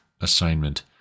assignment